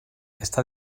esta